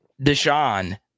Deshaun